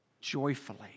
joyfully